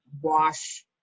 wash